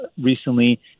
recently